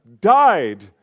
died